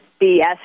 BS